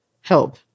help